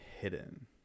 hidden